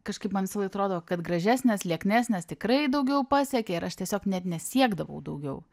kažkaip man visą laik atrodo kad gražesnės lieknesnės tikrai daugiau pasiekia ir aš tiesiog net ne siekdavau daugiau